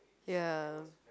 ya